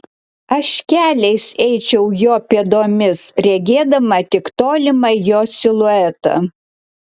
aš keliais eičiau jo pėdomis regėdama tik tolimą jo siluetą